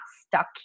stuck